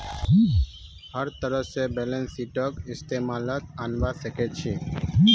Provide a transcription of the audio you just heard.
हर तरह से बैलेंस शीटक इस्तेमालत अनवा सक छी